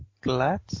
glad